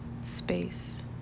space